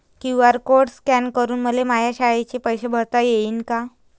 QR code scan करून मले माया शाळेचे पैसे भरता येईन का?